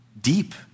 deep